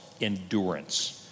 endurance